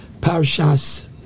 Parshas